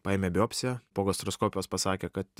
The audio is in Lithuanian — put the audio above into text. paėmė biopsiją gastroskopijos pasakė kad